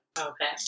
Okay